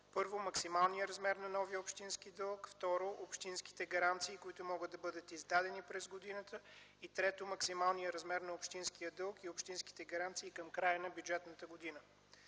първо, максималния размер на новия общински дълг; второ, общинските гаранции, които могат да бъдат издадени през годината; и, трето, максималния размер на общинския дълг и общинските гаранции към края на бюджетната година.